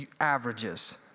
Averages